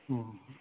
ꯎꯝ